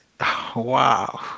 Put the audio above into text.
wow